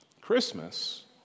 Christmas